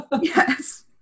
Yes